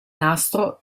nastro